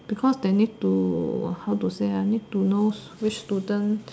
because they need to how to say ah need to know which student